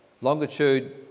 Longitude